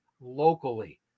locally